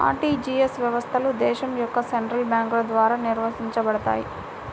RTGS వ్యవస్థలు దేశం యొక్క సెంట్రల్ బ్యేంకుల ద్వారా నిర్వహించబడతయ్